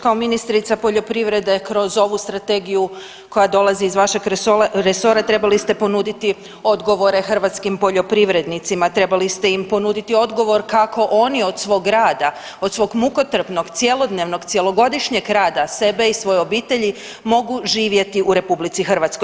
Kao ministrica poljoprivrede kroz ovu strategiju koja dolazi iz vašeg resora trebali ste ponuditi odgovore hrvatskim poljoprivrednicima, trebali ste im ponuditi odgovor kako oni od svog rada, od svog mukotrpnog cjelodnevnog, cjelogodišnjeg rada sebe i svoje obitelji mogu živjeti u RH.